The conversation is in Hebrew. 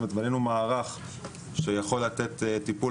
זאת אומרת בנינו מערך שיכול לתת טיפול